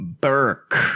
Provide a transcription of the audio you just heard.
Burke